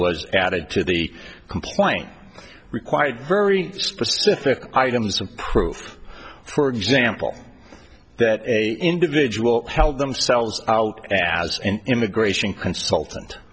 was added to the complaint required very specific items of proof for example that individual themselves out as an immigration consultant